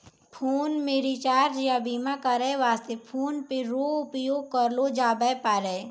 phone मे recharge या बीमा करै वास्ते फोन पे रो उपयोग करलो जाबै पारै